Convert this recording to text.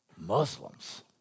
Muslims